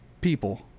people